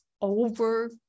over